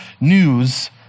news